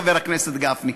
חבר הכנסת גפני.